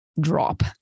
drop